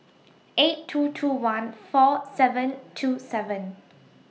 eight two two one four seven two seven